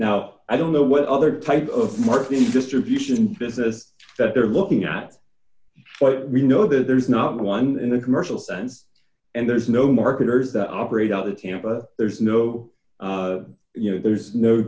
now i don't know what other type of marquee distribution business that they're looking at what we know there's not one in the commercial sense and there's no marketers that operate out of tampa there's no you know there's no